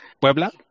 Puebla